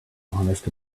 honest